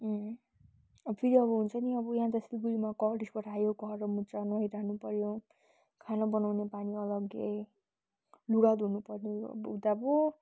अब फेरि अब हुन्छ नि अब यहाँ त सिलगढीमा त कलेजबाट आयो गरम हुन्छ नुहाइ रहनु पर्यो खाना बनाउने पानी अलग्गै लुगा धुनु पर्यो अब उता पो